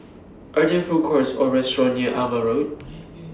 Are There Food Courts Or restaurants near AVA Road